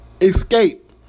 escape